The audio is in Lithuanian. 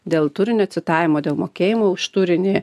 dėl turinio citavimo dėl mokėjimo už turinį